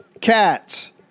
cats